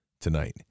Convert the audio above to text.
tonight